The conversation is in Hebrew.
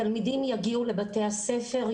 תלמידים יגיעו לבתי הספר,